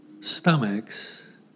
stomachs